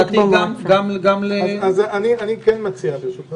אז אני מציע ברשותך